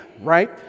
right